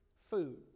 food